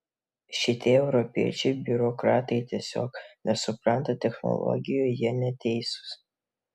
šitie europiečiai biurokratai tiesiog nesupranta technologijų jie neteisūs